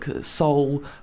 soul